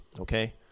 okay